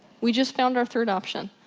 we just found our third option.